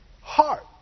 heart